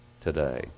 today